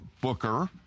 Booker